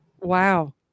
Wow